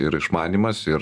ir išmanymas ir